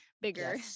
bigger